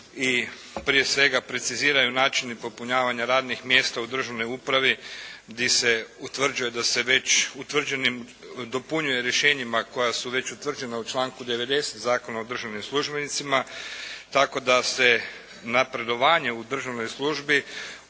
i prije svega preciziraju način popunjavanja radnih mjesta u državnoj upravi di se utvrđuje da se već utvrđenim dopunjuje rješenjima koja su već utvrđena u članku 90. Zakona o državnim službenicima tako da se napredovanje u državnoj službi dodatno